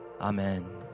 Amen